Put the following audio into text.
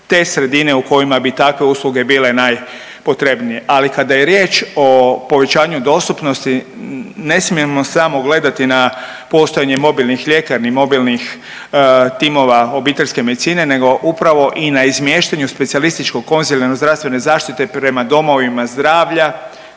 te sredine u kojima bi takve usluge bile najpotrebnije. Ali kada je riječ o povećanju dostupnosti ne smijemo samo gledati na postojanje mobilnih ljekarni, mobilnih timova obiteljske medicine, nego upravo i na izmještanju specijalističko-konzilijalne zdravstvene zaštite prema domovima zdravlja